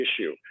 issue